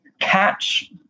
catch